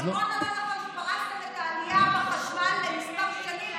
נכון או לא נכון שפרסמתם את העלייה בחשמל לכמה שנים,